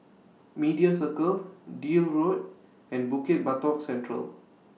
Media Circle Deal Road and Bukit Batok Central